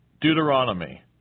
Deuteronomy